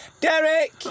Derek